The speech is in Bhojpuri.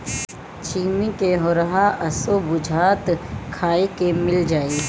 छिम्मी के होरहा असो बुझाता खाए के मिल जाई